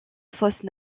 fausses